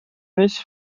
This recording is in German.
nicht